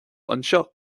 anseo